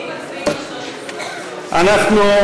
אז סעיף 13. אנחנו,